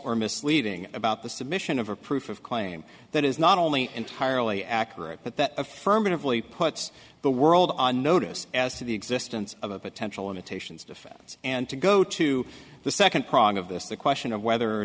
or misleading about the submission of a proof of claim that is not only entirely accurate but that affirmatively puts the world on notice as to the existence of a potential imitations defense and to go to the second prong of this the question of whether or